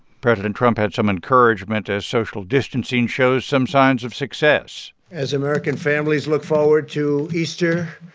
president trump had some encouragement as social distancing shows some signs of success as american families look forward to easter,